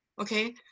okay